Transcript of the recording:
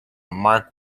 mark